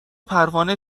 پروانه